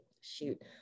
shoot